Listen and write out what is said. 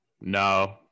No